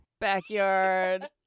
backyard